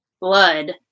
blood